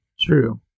True